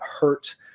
hurt